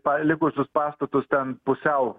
palikusius pastatus ten pusiau